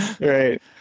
right